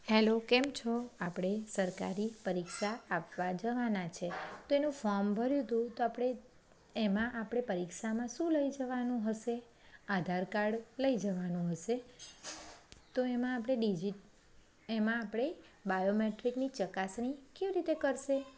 hello કેમ છો આપણે સરકારી પરીક્ષા આપવા જવાના છે તો એનું ફોમ ભર્યું હતું તો આપણે એમાં આપણે પરીક્ષામાં શું લઈ જવાનું હશે આધાર કાર્ડ લઈ જવાનું હશે તો એમાં આપણે ડિઝિટ એમાં આપણે બાયોમેટ્રિકની ચકાસણી કેવી રીતે કરશે